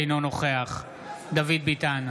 אינו נוכח דוד ביטן,